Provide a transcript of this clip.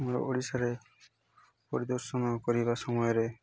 ଆମର ଓଡ଼ିଶାରେ ପରିଦର୍ଶନ କରିବା ସମୟରେ